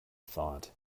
thought